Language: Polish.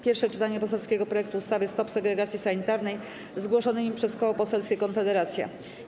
Pierwsze czytanie poselskiego projektu ustawy Stop segregacji sanitarnej, zgłoszonymi przez Koło Poselskie Konfederacja.